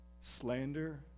Slander